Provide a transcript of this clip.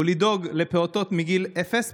הוא לדאוג לפעוטות מגיל אפס,